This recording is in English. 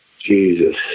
Jesus